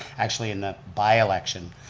actually in the by-election,